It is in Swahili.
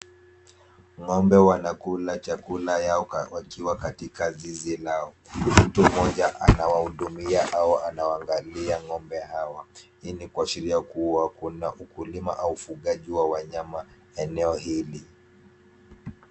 Ng'ombe wanakula chakula yao wakiwa katika zizi lao. Mtu mmoja anawahudumia au anawaangali ng'ombe hawa. Hii ni kuashiria kuwa kuna ukulima au ufugaji wa wanyama eneo hili.